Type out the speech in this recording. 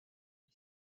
ich